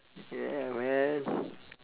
yeah man